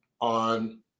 on